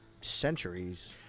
centuries